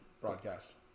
broadcast